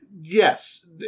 Yes